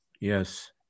Yes